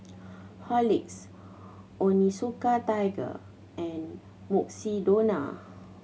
Horlicks Onitsuka Tiger and Mukshidonna